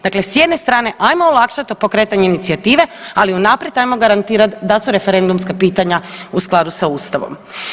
Dakle, s jedne strane ajmo olakšat to pokretanje inicijative, ali unaprijed ajmo garantirat da su referendumska pitanja u skladu sa Ustavom.